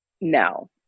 no